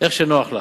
איך שנוח לך.